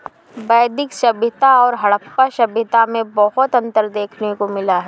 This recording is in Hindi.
वैदिक सभ्यता और हड़प्पा सभ्यता में बहुत अन्तर देखने को मिला है